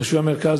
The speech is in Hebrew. תושבי המרכז,